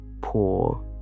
poor